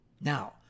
Now